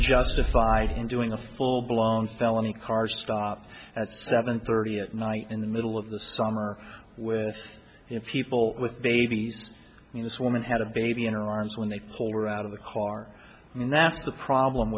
justified in doing a full blown felony car stop at seven thirty at night in the middle of the summer with people with babies and this woman had a baby in her arms when they pulled her out of the car and that's the problem